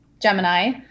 Gemini